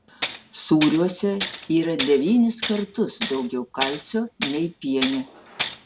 sūriuose yra devynis kartus daugiau kalcio nei piene